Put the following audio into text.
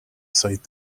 cite